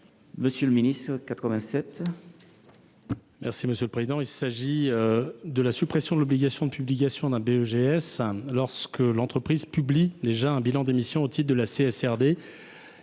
Monsieur le ministre, il